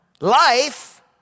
Life